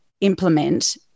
implement